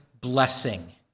blessing